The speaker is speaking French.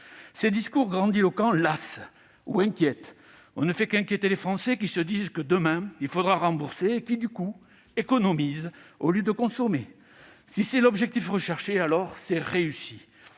Ces discours grandiloquents lassent ou inquiètent. On ne fait qu'inquiéter les Français, qui se disent que demain il faudra rembourser et qui, du coup, économisent au lieu de consommer. Si c'est l'objectif recherché, alors c'est réussi